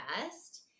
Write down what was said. best